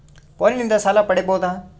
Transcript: ಫೋನಿನಿಂದ ಸಾಲ ಪಡೇಬೋದ?